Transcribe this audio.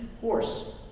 horse